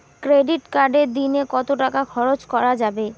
Credit কার্ডে দিনে কত টাকা খরচ করা যাবে?